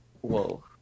Whoa